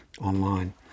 online